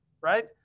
right